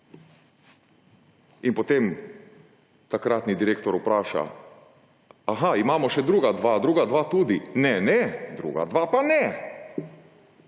In potem takratni direktor vpraša: »Aha, imamo še druga. Druga dva tudi?« »Ne, ne, druga dva pa ne.«